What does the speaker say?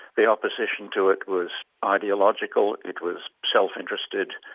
the opposition to it was ideological, it was self-interested,